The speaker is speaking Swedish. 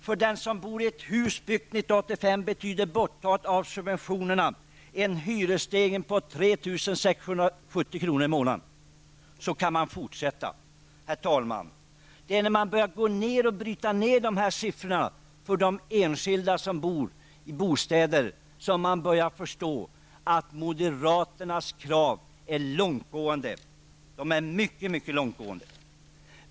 För den som bor i ett hus byggt 1985 betyder borttagandet av subventionerna en hyresstegring på 3 670 kr. i månaden. Så kan man fortsätta. Herr talman! Det är när man börjar bryta ned dessa siffror för det enskilda boendet som man börjar förstå att moderaternas krav är mycket långtgående.